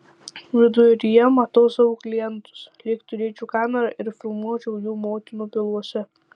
viduryje matau savo klientus lyg turėčiau kamerą ir filmuočiau jų motinų pilvuose